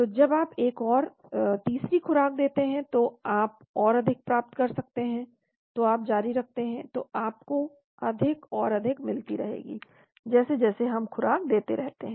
तो जब आप एक और तीसरी खुराक देते हैं तो आप और अधिक प्राप्त कर सकते हैं तो आप जारी रखते हैं तो आपको अधिक और अधिक मिलती रहेगी जैसे जैसे हम खुराक देते रहते हैं